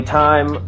time